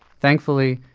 thankfully,